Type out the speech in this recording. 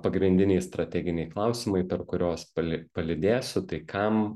pagrindiniai strateginiai klausimai per kuriuos pali palydėsiu tai kam